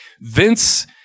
Vince